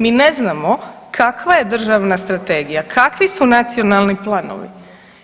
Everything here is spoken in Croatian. Mi ne znamo kakva je državna strategija, kakvi su nacionalni planovi,